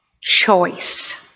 choice